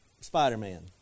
Spider-Man